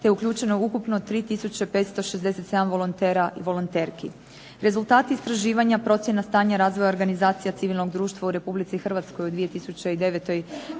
je uključeno ukupno 3 tisuće 567 volontera i volonterki. Rezultati istraživanja, procjena stanja i razvoj organizacija civilnog društva u RH u 2009.